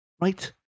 Right